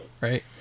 right